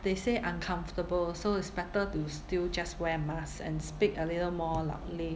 they say uncomfortable so it's better to still just wear mask and speak a little more loudly